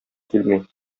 килми